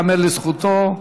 ייאמר לזכותו,